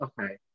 okay